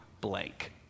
blank